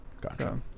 Gotcha